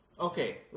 Okay